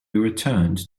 returned